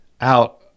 out